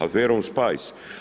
Aferom Spice?